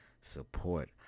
support